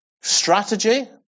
strategy